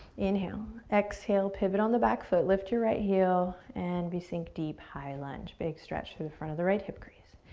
inhale, exhale, pivot on the back foot. lift your right heel and we sink deep, high lunge. big stretch through the front of the right hip crease.